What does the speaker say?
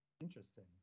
Interesting